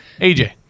aj